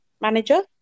manager